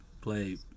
play